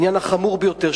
העניין החמור ביותר,